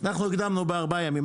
אנחנו הקדמנו בארבעה ימים.